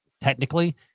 technically